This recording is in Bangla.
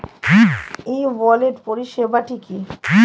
ই ওয়ালেট পরিষেবাটি কি?